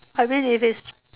I mean if it's